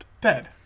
Dead